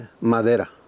Madera